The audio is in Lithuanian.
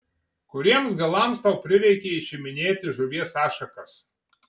kuriems galams tau prireikė išiminėti žuvies ašakas